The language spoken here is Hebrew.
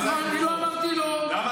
לא אמרתי לא, לא זלזלתי.